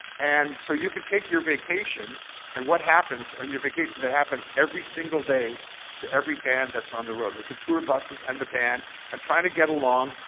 and so, you can take your vacation and what happens on your vacation, that happens every single day to every band that's on the road. with the tour buses, and the band and trying to get along,